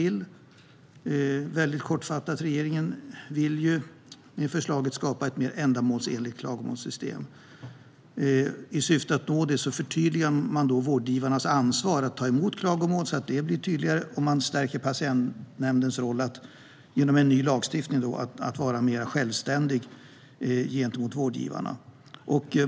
Jag ska därför hålla det mycket kort. Regeringen vill med det här förslaget skapa ett mer ändamålsenligt klagomålssystem. I syfte att nå det förtydligar man vårdgivarnas ansvar att ta emot klagomål. Det blir tydligare. Man stärker också patientnämndens roll genom en ny lagstiftning, så att nämnden kan vara mer självständig gentemot vårdgivarna.